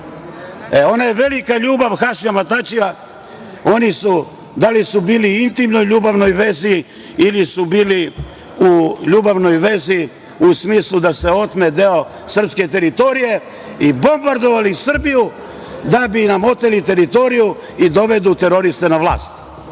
ona je velika ljubav Hašima Tačija, oni su, da li su bili u intimno ljubavnoj vezi ili su bili u ljubavnoj vezi u smislu da se otme deo srpske teritorije i bombardovali Srbiju da bi nam oteli teritoriju i dovedu teroriste na vlast